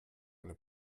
eine